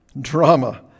drama